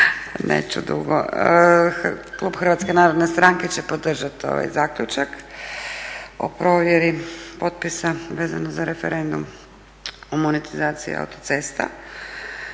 Neću dugo. Klub HNS-a će podržat ovaj zaključak o provjeri potpisa vezano za referendum o monetizaciji autocesta.